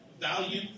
value